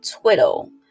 twiddle